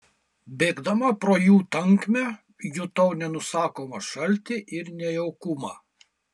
bėgdama pro jų tankmę jutau nenusakomą šaltį ir nejaukumą